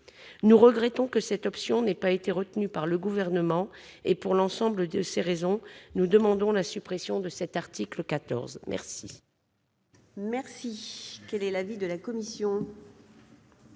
Nous regrettons que cette option n'ait pas été retenue par le Gouvernement. Pour l'ensemble de ces raisons, nous demandons la suppression de l'article 14. Quel